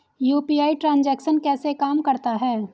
UPI transaction कैसे काम करता है?